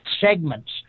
segments